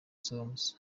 zose